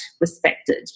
respected